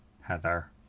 Heather